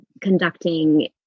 Conducting